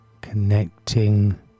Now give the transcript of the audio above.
connecting